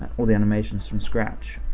all the animations from scratch.